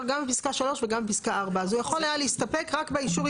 גם בפסקה 3 וגם בפסקה 4. אז הוא יכול היה להסתפק רק באישור Presale.